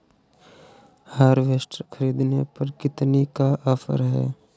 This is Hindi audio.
हार्वेस्टर ख़रीदने पर कितनी का ऑफर है?